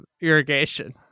irrigation